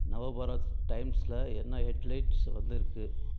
நவபாரத் டைம்ஸில் என்ன ஹெட்லைட்ஸ் வந்திருக்கு